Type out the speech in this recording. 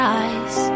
eyes